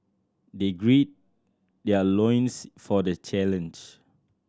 they gird their loins for the challenge